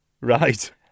Right